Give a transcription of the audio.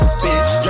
bitch